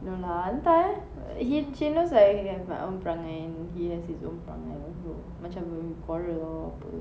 no lah entah eh he~ she knows I have my own perangai he has his own perangai also macam when we quarrel or apa